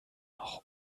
noch